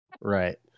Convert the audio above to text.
right